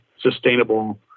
sustainable